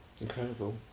incredible